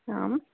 आम्